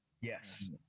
Yes